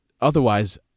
otherwise